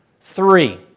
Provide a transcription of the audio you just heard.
Three